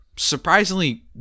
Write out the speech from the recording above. surprisingly